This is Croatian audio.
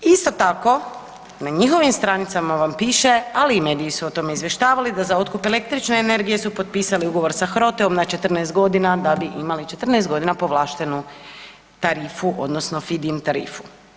Isto tako, na njihovim stranicama vam piše ali i mediji su o tome izvještavali, da za otkupe električne energije su potpisali ugovor sa HROTE-om na 14 g. da bi imali 14 g. povlaštenu tarifu odnosno fid-in tarifu.